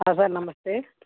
sir నమస్తే